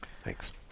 Thanks